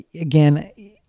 Again